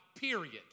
period